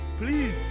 Please